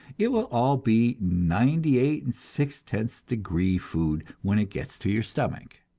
it will all be ninety-eight and six-tenths degree food when it gets to your stomach,